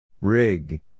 Rig